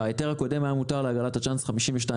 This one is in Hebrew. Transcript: בהיתר הקודם היה מותר להפעיל 52 פעמים.